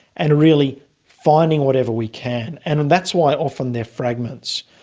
and really finding whatever we can. and and that's why often they are fragments.